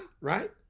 right